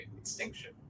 extinction